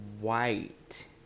White